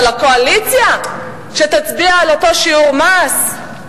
אבל הקואליציה שתצביע על אותו שיעור מס?